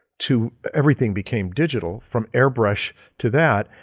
to everything became digital from airbrush to that.